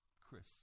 Chris